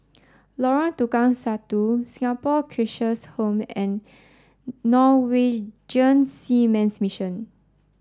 Lorong Tukang Satu Singapore Cheshire Home and Norwegian Seamen's Mission